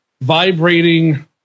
vibrating